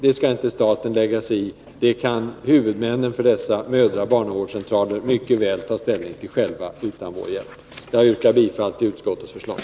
Detta är inte något som staten skall lägga sig i, utan huvudmännen för dessa mödraoch barnavårdscentraler kan mycket väl ta ställning till den här frågan själva utan vår hjälp. Jag yrkar bifall till utskottets förslag.